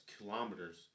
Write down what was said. kilometers